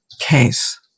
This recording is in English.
case